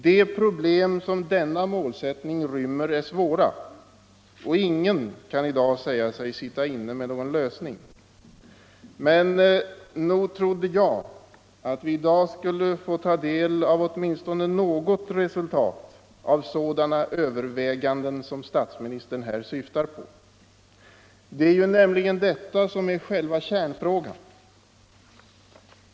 De problem som denna målsättning rymmer är svåra, och ingen kan i dag säga sig sitta inne med någon lösning. Men nog trodde jag att vi i dag skulle få ta del av åtminstone något resultat av sådana överväganden som statsministern här syftar på. Det är ju nämligen detta som är själva kärnfrågan.